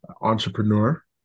entrepreneur